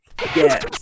Yes